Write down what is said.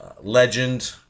legend